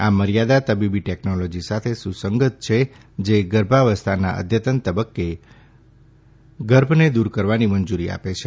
આ મર્યાદા તબીબી ટેકનોલોજી સાથે સુસંગત છે જે ગર્ભાવસ્થાના અદ્યતન તબક્કે ગર્ભને દૂર કરવાની મંજૂરી આપે છે